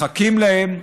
מחכים להם,